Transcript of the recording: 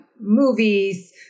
movies